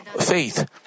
faith